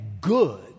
good